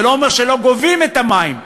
זה לא אומר שלא גובים את תשלומי המים,